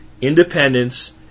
independence